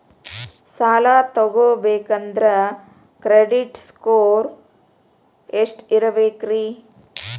ಸಾಲ ತಗೋಬೇಕಂದ್ರ credit score ಎಷ್ಟ ಇರಬೇಕ್ರಿ?